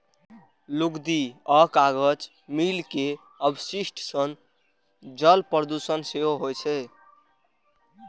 लुगदी आ कागज मिल के अवशिष्ट सं जल प्रदूषण सेहो होइ छै